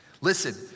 Listen